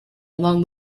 along